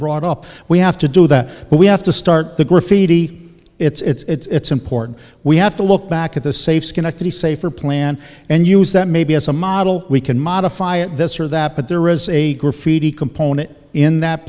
brought up we have to do that we have to start the graffiti it's important we have to look back at the safe schenectady safer plan and use that maybe as a model we can modify it this or that but there is a graffiti component in that